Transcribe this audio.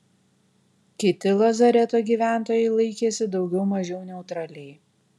kiti lazareto gyventojai laikėsi daugiau mažiau neutraliai